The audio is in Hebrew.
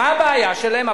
מה הבעיה שלהם?